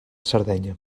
sardenya